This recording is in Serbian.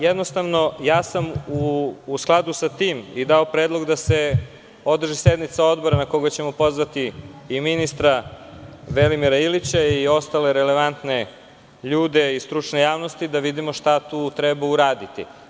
Jednostavno, u skladu sa tim sam i dao predlog da se održi sednica odbora na koju ćemo pozvati i ministra Velimira Ilića i ostale relevantne ljude iz stručne javnosti, da vidimo šta tu treba uraditi.